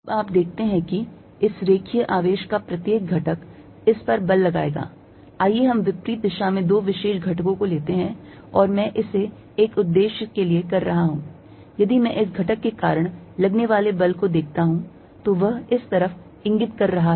अब आप देखते हैं कि इस रेखीय आवेश का प्रत्येक घटक इस पर बल लगाएगा आइए हम विपरीत दिशा में दो विशेष घटकों को लेते हैं और मैं इसे एक उद्देश्य के लिए कर रहा हूं यदि मैं इस घटक के कारण लगने वाले बल को देखता हूं तो वह इस तरफ इंगित कर रहा है